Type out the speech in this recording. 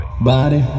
Body